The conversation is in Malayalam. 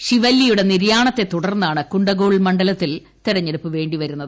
ഷിവല്ലിയുടെ നിര്യാണത്തെ തുടർന്നാണ് കൂണ്ടഗോൾ മണ്ഡലത്തിൽ തിരഞ്ഞെടുപ്പ് വേണ്ടിവരുന്നത്